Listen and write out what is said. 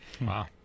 Wow